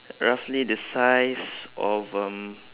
roughly the size of um